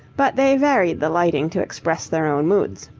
but they varied the lighting to express their own moods.